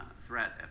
Threat